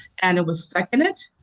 and it was seconded,